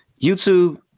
YouTube